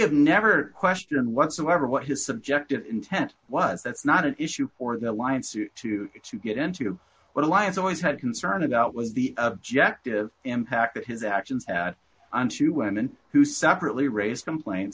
have never questioned whatsoever what his subjective intent was that's not an issue for the alliance to get to get into what alliance always had a concern about was the objective impact that his actions had on two women who separately raised complaints